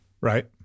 Right